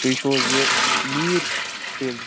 تُہۍ چھُو حظ یہِ میٖر سیلٕز